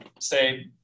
say